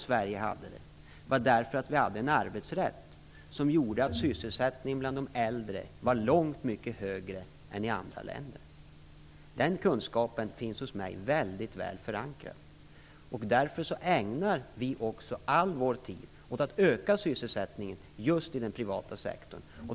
Sverige hade det därför att vi hade en arbetsrätt som gjorde att sysselsättningen bland de äldre var långt mycket högre här än i andra länder. Den kunskapen är väldigt väl förankrad hos mig, och därför ägnar vi all vår tid åt att öka sysselsättningen just i den privata sektorn.